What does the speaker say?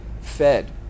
fed